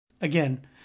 again